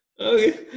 Okay